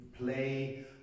play